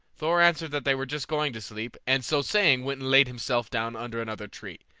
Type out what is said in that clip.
thor answered that they were just going to sleep, and so saying went and laid himself down under another tree.